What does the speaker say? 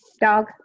dog